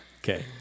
Okay